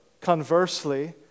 conversely